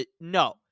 No